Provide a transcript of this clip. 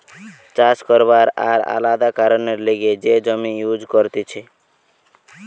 চাষ করবার আর আলাদা কারণের লিগে যে জমি ইউজ করতিছে